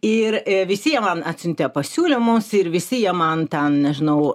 ir visi jie man atsiuntė pasiūlymus ir visi jie man ten nežinau